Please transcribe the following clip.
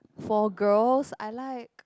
for girls I like